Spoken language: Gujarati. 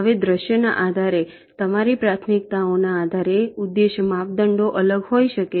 હવે દૃશ્યના આધારે તમારી પ્રાથમિકતાઓને આધારે ઉદ્દેશ્ય માપદંડો અલગ હોઈ શકે છે